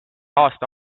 aasta